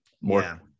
more